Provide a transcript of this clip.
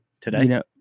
today